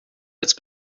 jetzt